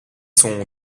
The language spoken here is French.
sont